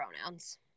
pronouns